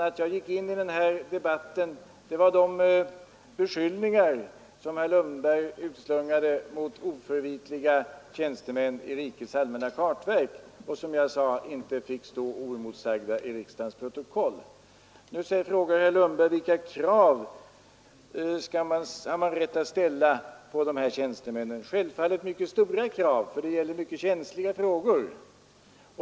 Att jag gick in i den här debatten berodde på de beskyllningar som herr Lundberg utslungade mot oförvitliga tjänstemän i rikets allmänna kartverk och som jag inte ansåg fick stå oemotsagda i riksdagens protokoll. Nu frågar herr Lundberg vilka krav man har rätt att ställa på dessa tjänstemän. Självfallet mycket stora krav, för det gäller mycket känsliga frågor.